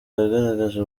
yagaragaje